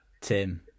Tim